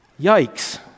Yikes